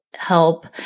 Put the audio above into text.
help